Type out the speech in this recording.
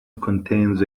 contains